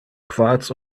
quarz